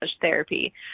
therapy